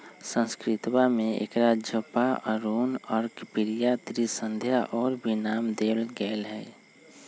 संस्कृतवा में एकरा जपा, अरुण, अर्कप्रिया, त्रिसंध्या और भी नाम देवल गैले है